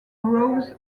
grows